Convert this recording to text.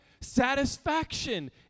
Satisfaction